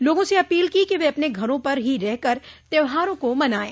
लोगों से अपील की कि वे अपने घरों पर ही रहकर त्यौहारों को मनाये